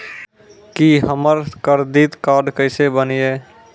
की हमर करदीद कार्ड केसे बनिये?